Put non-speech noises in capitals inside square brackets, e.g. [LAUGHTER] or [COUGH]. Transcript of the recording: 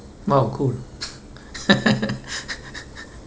!wow! cool [LAUGHS]